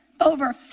over